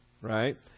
right